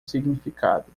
significado